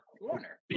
corner